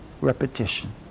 repetition